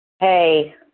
Hey